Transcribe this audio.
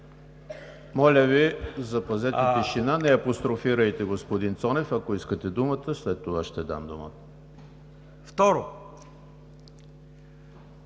Моля, запазете тишина! Не апострофирайте господин Цонев! Ако искате думата, след това ще я дам. ЙОРДАН